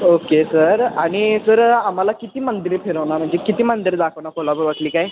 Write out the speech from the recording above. okay sir आणि sir आम्हाला किती मंदिरे फिरवणार म्हणजे किती मंदिरं दाखवणार कोल्हापुरातली काय